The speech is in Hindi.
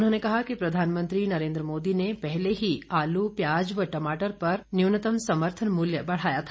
उन्होंने कहा कि प्रधानमंत्री नरेन्द्र मोदी ने पहले ही आलू प्याज व टमाटर पर पहले ही न्यूनतम समर्थन मूल्य बढ़ाया था